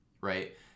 right